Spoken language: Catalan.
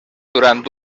durant